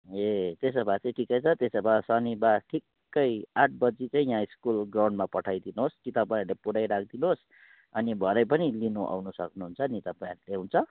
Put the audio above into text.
ए त्यसो भए चाहिँ ठिकै छ त्यसो भए शनिबार ठिक्कै आठ बजी चाहिँ यहाँ स्कुल ग्राउन्डमा पठाइदिनुहोस् कि तपाईँहरूले पुऱ्याई राखिदिनुहोस अनि भरे पनि लिनु आउनु सक्नुहुन्छ नि तपाईँहरूले हुन्छ